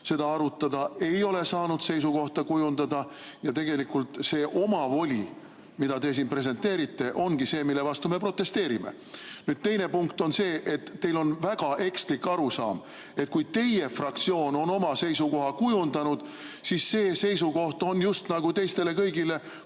seda arutada, ei ole saanud seisukohta kujundada ja tegelikult see omavoli, mida te siin presenteerite, ongi see, mille vastu me protesteerime. Nüüd, teine punkt on see, et teil on väga ekslik arusaam, et kui teie fraktsioon on oma seisukoha kujundanud, siis see seisukoht on just nagu teistele kõigile